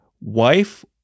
wife